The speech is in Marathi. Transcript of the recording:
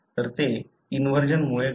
तर ते इन्व्हर्जन मुळे घडते